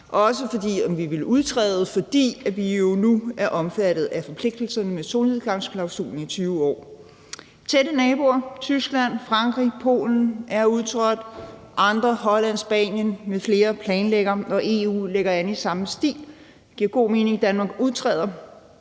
med om vi ville udtræde, fordi vi jo nu er omfattet af forpligtelserne med solnedgangsklausulen i 20 år. Tætte naboer som Tyskland, Frankrig og Polen er udtrådt, og andre lande, Holland, Spanien m.fl., planlægger det, og EU lægger an til det i samme stil. Det giver god mening, at Danmark udtræder.